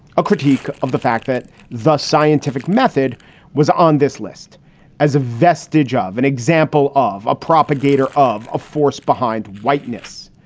a critique of the fact that the scientific method was on this list as a vestige ah of an and example of a propagator of a force behind whiteness.